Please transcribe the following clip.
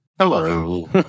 Hello